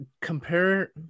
compare